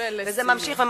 ולסיום.